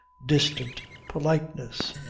distant politeness.